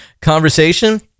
conversation